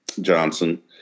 Johnson